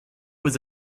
was